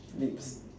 sleep in